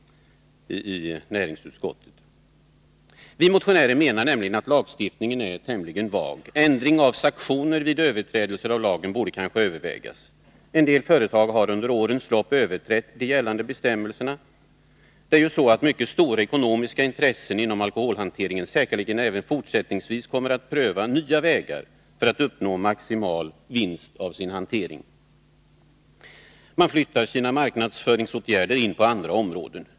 Vi motionärer menar att lagstiftningen är tämligen vag. En ändring av sanktionerna vid överträdelser av lagen borde kanske övervägas. En del företag har under årens lopp överträtt gällande bestämmelser. När det gäller de mycket stora ekonomiska intressena inom alkoholhanteringen kommer man säkerligen även fortsättningsvis att pröva nya vägar för att uppnå maximal vinst på sin hantering. Man flyttar över sina marknadsföringsåtgärder på andra områden.